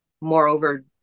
moreover